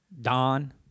Don